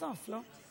בסוף, לא?